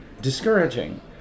discouraging